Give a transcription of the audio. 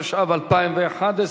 התשע"ב 2011,